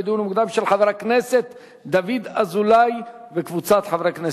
של חבר הכנסת דוד אזולאי וקבוצת חברי הכנסת,